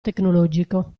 tecnologico